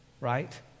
right